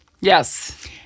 Yes